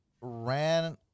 ran